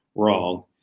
wrong